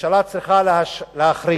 ממשלה צריכה להכריע,